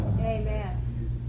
Amen